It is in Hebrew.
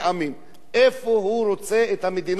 איפה הוא רוצה את המדינה הפלסטינית?